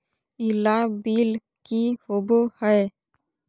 ई लाभ बिल की होबो हैं?